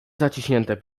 zaciśnięte